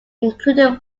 including